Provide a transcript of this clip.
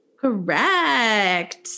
correct